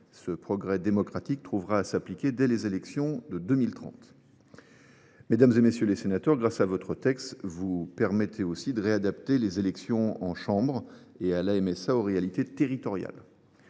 Ce progrès démocratique trouvera à s’appliquer dès les élections de 2030. Mesdames, messieurs les sénateurs, grâce à votre texte, vous permettez de réadapter aussi les élections dans les chambres d’agriculture et à la MSA aux réalités territoriales.